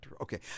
Okay